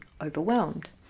overwhelmed